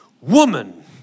woman